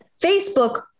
Facebook